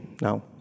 now